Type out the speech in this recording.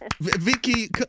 Vicky